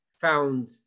found